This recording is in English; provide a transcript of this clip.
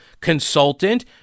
consultant